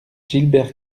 gilbert